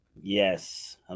yes